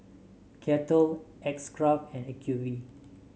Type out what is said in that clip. Kettle X Craft and Acuvue